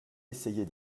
essayait